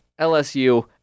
LSU